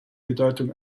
bedeutung